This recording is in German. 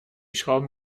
schrauben